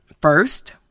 First